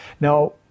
Now